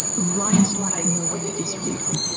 write like no one is reading.